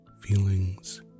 feelings